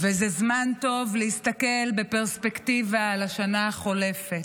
וזה זמן טוב להסתכל בפרספקטיבה על השנה החולפת.